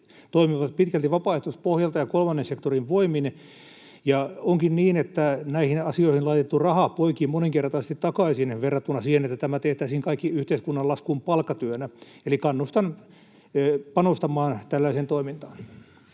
toimivat pitkälti vapaaehtoispohjalta ja kolmannen sektorin voimin, ja onkin niin, että näihin asioihin laitettu raha poikii moninkertaisesti takaisin verrattuna siihen, että tämä tehtäisiin kaikki yhteiskunnan laskuun palkkatyönä. Eli kannustan panostamaan tällaiseen toimintaan.